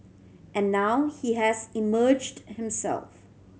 and now he has emerged himself